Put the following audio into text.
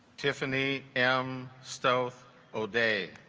tiffany m stove o'day